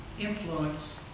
influence